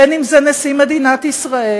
בין אם זה נשיא מדינת ישראל,